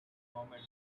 moment